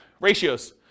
ratios